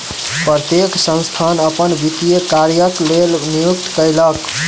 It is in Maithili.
प्रत्येक संस्थान अपन वित्तीय कार्यक लेल नियुक्ति कयलक